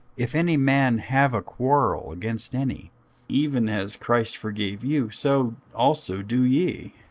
if any man have a quarrel against any even as christ forgave you, so also do ye.